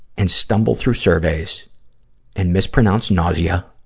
and stumble through surveys and mispronounce nausea